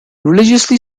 religiously